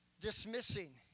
dismissing